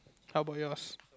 how about yours